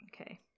Okay